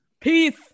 Peace